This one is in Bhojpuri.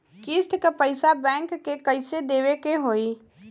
किस्त क पैसा बैंक के कइसे देवे के होई?